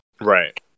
right